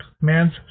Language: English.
Man's